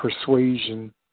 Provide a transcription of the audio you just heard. persuasion